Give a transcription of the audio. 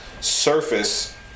surface